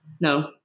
No